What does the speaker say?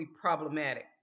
problematic